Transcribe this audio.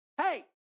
Hey